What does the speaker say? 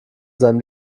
seinem